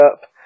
up